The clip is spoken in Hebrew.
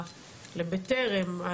לבטרם,